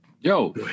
Yo